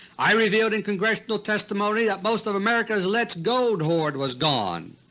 i revealed in congressional testimony that most of america's alleged gold hoard was gone.